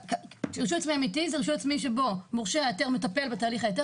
רישוי עצמי אמיתי זה רישוי עצמי שבו מורשה ההיתר מטפל בתהליך ההיתר,